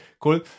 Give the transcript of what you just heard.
Cool